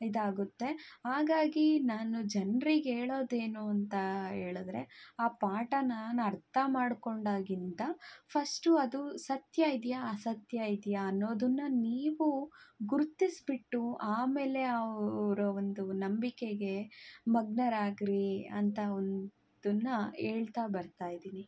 ಇದಾಗುತ್ತೆ ಹಾಗಾಗಿ ನಾನು ಜನ್ರಿಗೆ ಹೇಳೋದೇನು ಅಂತಾ ಹೇಳಿದ್ರೆ ಆ ಪಾಠ ನಾನು ಅರ್ಥ ಮಾಡಿಕೊಂಡಾಗಿಂದ ಫಸ್ಟು ಅದು ಸತ್ಯ ಇದೆಯಾ ಅಸತ್ಯ ಇದೆಯಾ ಅನ್ನೋದನ್ನ ನೀವು ಗುರುತಿಸ್ಬಿಟ್ಟು ಆಮೇಲೆ ಅವರ ಒಂದು ನಂಬಿಕೆಗೆ ಮಗ್ನರಾಗಿರಿ ಅಂತ ಒಂದನ್ನು ಹೇಳ್ತಾ ಬರ್ತಾ ಇದೀನಿ